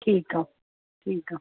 ठीकु आहे ठीकु आहे